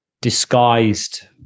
disguised